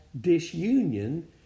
disunion